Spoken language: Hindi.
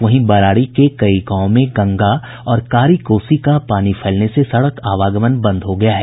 वहीं बरारी के कई गांवों में गंगा और कारी कोसी का पानी फैलने से सड़क आवागमन बंद हो गया है